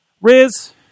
Riz